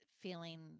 feeling